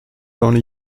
only